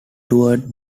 towards